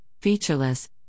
featureless